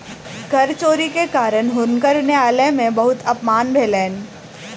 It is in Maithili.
कर चोरी के कारण हुनकर न्यायालय में बहुत अपमान भेलैन